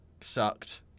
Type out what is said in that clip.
sucked